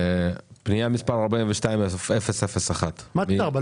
פנייה מספר 42-001 --- מה תודה רבה?